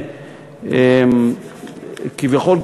כביכול,